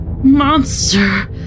Monster